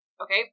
Okay